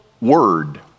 word